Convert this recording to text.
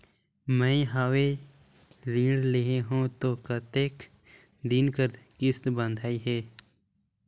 मैं हवे ऋण लेहे हों त कतेक दिन कर किस्त बंधाइस हे?